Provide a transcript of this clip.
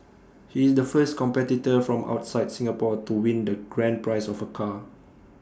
he is the first competitor from outside Singapore to win the grand prize of A car